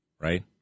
right